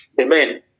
Amen